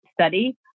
study